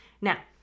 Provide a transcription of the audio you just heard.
Now